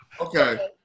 Okay